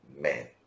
man